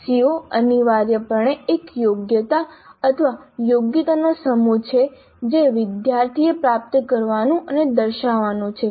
CO અનિવાર્યપણે એક યોગ્યતા અથવા યોગ્યતાઓનો સમૂહ છે જે વિદ્યાર્થીએ પ્રાપ્ત કરવાનું અને દર્શાવવાનું છે